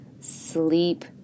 sleep